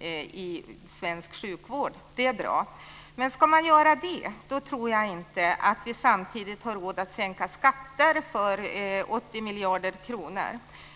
i svensk sjukvård. Det är bra. Men ska man göra det så tror jag inte att vi samtidigt har råd att sänka skatter för 80 miljarder kronor.